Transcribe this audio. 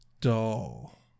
dull